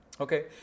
Okay